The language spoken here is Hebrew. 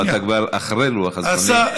לא, אתה כבר אחרי לוח הזמנים.